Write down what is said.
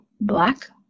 black